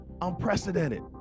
Unprecedented